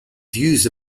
views